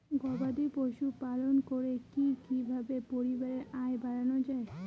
গবাদি পশু পালন করে কি কিভাবে পরিবারের আয় বাড়ানো যায়?